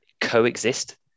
coexist